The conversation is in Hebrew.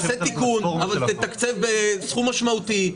תעשה תיקון, אבל תתקצב בסכום משמעותי.